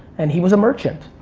and he was a merchant.